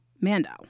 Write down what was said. Mando